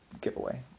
giveaway